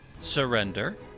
surrender